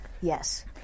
Yes